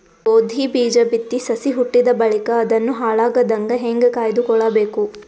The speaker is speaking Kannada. ಗೋಧಿ ಬೀಜ ಬಿತ್ತಿ ಸಸಿ ಹುಟ್ಟಿದ ಬಳಿಕ ಅದನ್ನು ಹಾಳಾಗದಂಗ ಹೇಂಗ ಕಾಯ್ದುಕೊಳಬೇಕು?